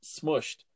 smushed